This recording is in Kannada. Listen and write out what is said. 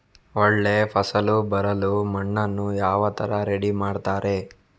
ಒಳ್ಳೆ ಫಸಲು ಬರಲು ಮಣ್ಣನ್ನು ಯಾವ ತರ ರೆಡಿ ಮಾಡ್ತಾರೆ?